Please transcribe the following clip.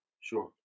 Sure